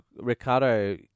Ricardo